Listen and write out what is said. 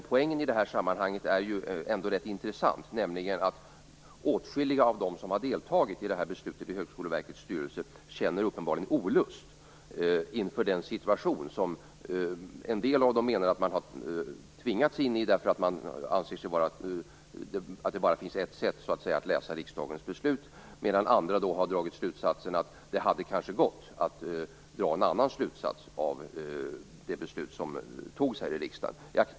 Poängen i det här sammanhanget är ändå rätt intressant, nämligen att åtskilliga av dem som har deltagit i beslutet i Högskoleverkets styrelse uppenbarligen känner olust inför den situation som en del av dem menar att man har tvingats in i därför att man anser att det bara finns ett sätt att läsa riksdagens beslut. Andra har däremot dragit slutsatsen att det kanske hade gått att dra en annan slutsats av det beslut som fattades här i riksdagen.